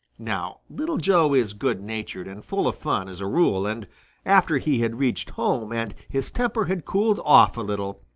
now little joe is good-natured and full of fun as a rule, and after he had reached home and his temper had cooled off a little,